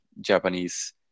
Japanese